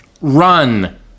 Run